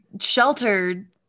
sheltered